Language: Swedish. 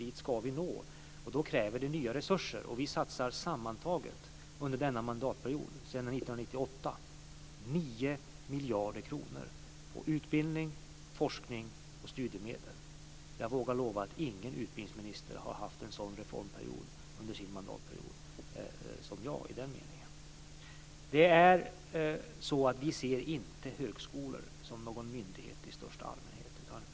Dit ska vi nå, och det kräver nya resurser. Vi satser sammantaget sedan 1998 under denna mandatperiod 9 miljarder kronor på utbildning, forskning och studiemedel. Jag vågar lova att ingen utbildningsminister har haft en sådan reformperiod under sin mandatperiod som jag i den meningen. Vi ser inte högskolor som några myndigheter i största allmänhet.